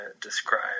describe